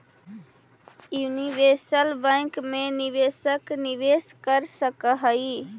universal bank मैं निवेशक निवेश कर सकऽ हइ